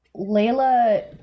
Layla